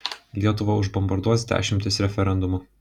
lietuvą užbombarduos dešimtys referendumų